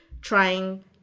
trying